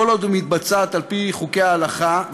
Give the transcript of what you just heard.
כל עוד היא מתבצעת על-פי חוקי ההלכה,